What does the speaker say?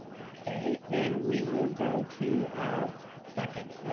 okay, then we will go to our second,